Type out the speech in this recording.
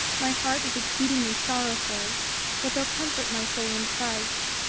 my heart is exceedingly sorrowful wilt thou comfort my soul in christ.